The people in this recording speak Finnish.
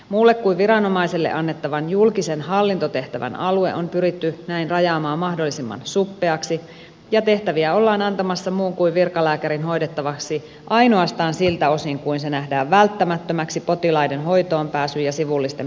muulle kuin viranomaiselle annettavan julkisen hallintotehtävän alue on pyritty näin rajaamaan mahdollisimman suppeaksi ja tehtäviä ollaan antamassa muun kuin virkalääkärin hoidettavaksi ainoastaan siltä osin kuin se nähdään välttämättömäksi potilaiden hoitoonpääsyn ja sivullisten perusoikeuksien turvaamiseksi